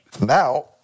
Now